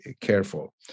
careful